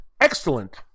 excellent